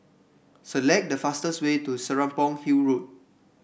select the fastest way to Serapong Hill Road